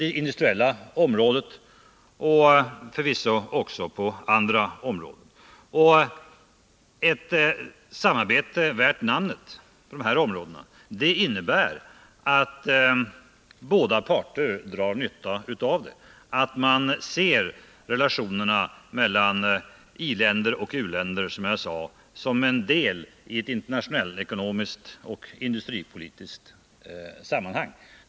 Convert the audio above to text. Ett samarbete värt namnet innebär att båda parter drar nytta av det. Relationerna mellan i-länder och u-länder skall ses som en del i ett internationellt ekonomiskt och industripolitiskt sammanhang.